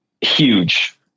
huge